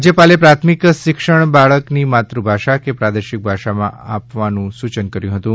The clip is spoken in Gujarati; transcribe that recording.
રાજ્યપાલે પ્રાથમિક શિક્ષણ બાળકની માતૃભાષા કે પ્રાદેશિક ભાષામાં આપવાનું સૂચન કર્યું હતું